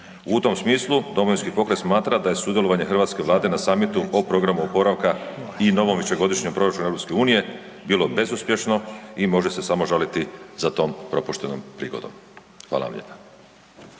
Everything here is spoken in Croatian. U tom smislu Domovinski pokret smatra da je sudjelovanje Hrvatske vlade na samitu o programu oporavka i novom višegodišnjem proračunu EU bilo bezuspješno i može se samo žaliti za tom propuštenom prigodom. Hvala vam lijepa.